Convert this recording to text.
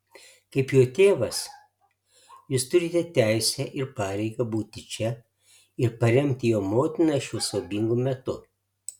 kaip jo tėvas jūs turite teisę ir pareigą būti čia ir paremti jo motiną šiuo siaubingu metu